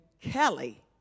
Kelly